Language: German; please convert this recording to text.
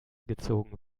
gezogen